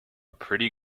pretty